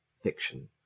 fiction